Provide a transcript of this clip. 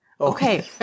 Okay